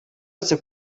aheruka